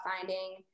finding